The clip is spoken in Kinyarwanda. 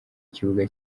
kibuga